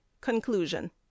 Conclusion